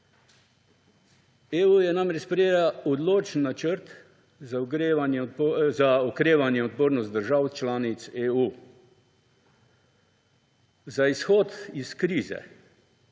EU je namreč sprejela odločen načrt za okrevanje in odpornost držav članic EU. Za izhod iz krize